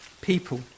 people